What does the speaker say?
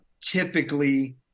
typically